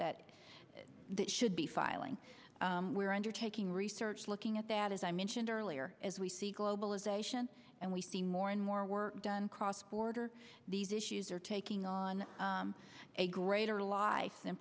that that should be filing we're undertaking research looking at that as i mentioned earlier as we see globalization and we see more and more work done cross border these issues are taking on a greater ally then